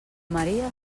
maria